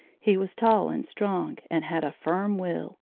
he was tall and strong and had a firm will.